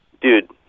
Dude